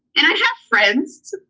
and i have friends,